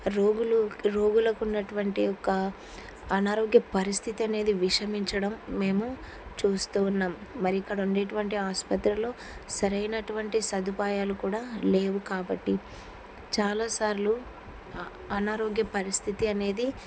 రోగులు రోగులకున్నటువంటి ఒక అనారోగ్య పరిస్థితి అనేది విషమించడం మేము చూస్తూ ఉన్నాం మరి ఇక్కడ ఉండేటటువంటి ఆసుపత్రిలో సరైనటువంటి సదుపాయాలు కూడా లేవు కాబట్టి చాలా సార్లు అనారోగ్య పరిస్థితి అనేది